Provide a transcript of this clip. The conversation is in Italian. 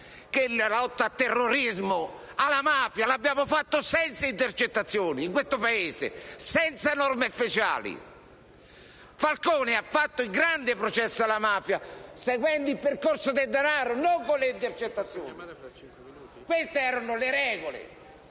la lotta al terrorismo e alla mafia in questo Paese l'abbiamo fatta senza intercettazioni e senza norme speciali. Falcone ha fatto il grande processo alla mafia seguendo il percorso del denaro e non con le intercettazioni. Queste erano le regole,